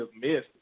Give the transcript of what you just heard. missed